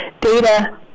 data